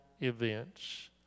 events